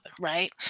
right